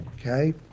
Okay